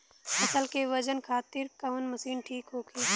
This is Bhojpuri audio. फसल के वजन खातिर कवन मशीन ठीक होखि?